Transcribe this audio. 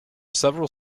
several